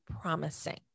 promising